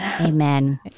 Amen